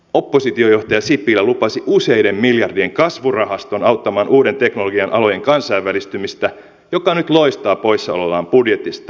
oppositiojohtaja sipilä lupasi useiden miljardien kasvurahaston auttamaan uuden teknologian alojen kansainvälistymistä joka nyt loistaa poissaolollaan budjetista